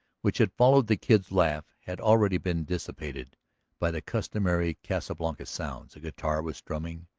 which had followed the kid's laugh, had already been dissipated by the customary casa blanca sounds a guitar was strumming,